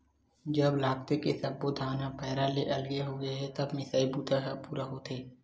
जब लागथे के सब्बो धान ह पैरा ले अलगे होगे हे तब मिसई बूता ह पूरा होथे